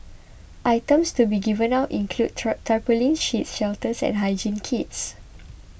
items to be given out include tarpaulin sheets shelters and hygiene kits